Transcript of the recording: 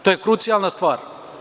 To je krucijalna stvar.